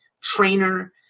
trainer